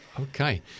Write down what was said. Okay